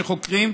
שחוקרים,